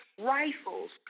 rifles